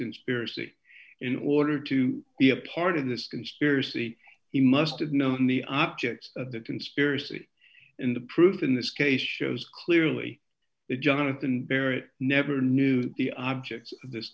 conspiracy in order to be a part of this conspiracy he must have known the object of the conspiracy in the proof in this case shows clearly that jonathon barrett never knew the object of this